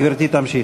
גברתי תמשיך.